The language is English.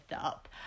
up